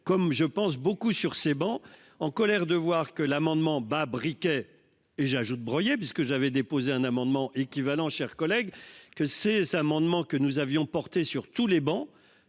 comme je pense beaucoup sur ces bancs en colère de voir que l'amendement bah briquet et j'ajoute Breuiller puisque j'avais déposé un amendement équivalent chers collègues que c'est-ce amendements que nous avions portée sur tous les bancs.